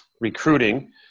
recruiting